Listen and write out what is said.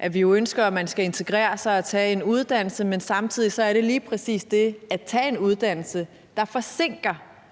at vi jo ønsker, at man skal integrere sig og tage en uddannelse, men samtidig er det lige præcis det at tage en uddannelse, der forsinker,